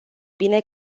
bine